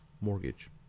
mortgage